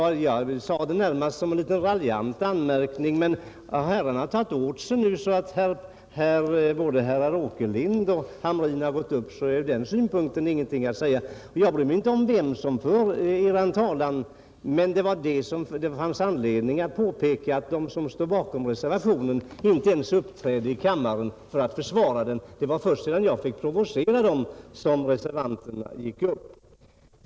Jag sade det närmast som en litet raljant anmärkning, men har man nu tagit åt sig så att både herr Åkerlind och herr Hamrin har gått upp i talarstolen, är det ur den synpunkten ingenting mer att säga. Jag bryr mig inte om vem som för er talan, men jag fann anledning att påpeka att de som står bakom reservationen inte ens uppträdde i kammaren för att försvara den. Det var först sedan jag provocerat reservanterna som de tog till orda.